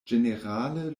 ĝenerale